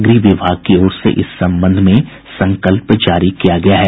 गृह विभाग की ओर से इस संबंध में संकल्प जारी किया गया है